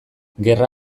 gerra